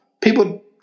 people